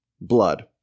blood